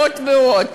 ועוד ועוד,